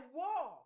war